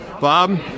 Bob